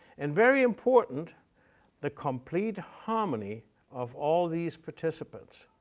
and very important the complete harmony of all these participants.